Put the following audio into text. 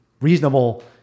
reasonable